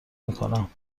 میکنم